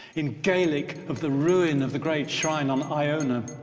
in gaelic of the ruin of the great shrine on iona,